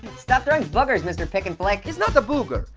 stop throwing boogers, mr. pick and flick. is not a booger,